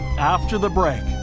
after the break,